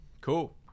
cool